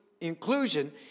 inclusion